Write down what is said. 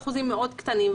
זה באחוזים מאוד קטנים.